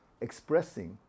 expressing